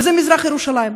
וזה מזרח ירושלים.